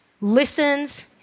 listens